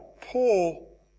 Paul